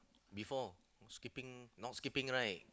before skipping now skipping right